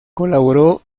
colaboró